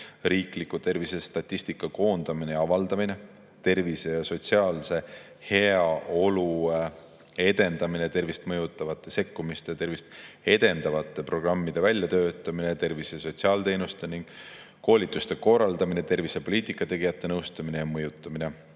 riikliku tervisestatistika koondamine ja avaldamine, tervise ja sotsiaalse heaolu edendamine, tervist mõjutavate sekkumiste ja tervist edendavate programmide väljatöötamine, tervishoiu‑ ja sotsiaalteenuste ning koolituste korraldamine ning tervisepoliitika tegijate nõustamine ja mõjutamine.